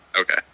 Okay